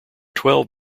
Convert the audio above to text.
twelve